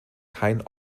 kein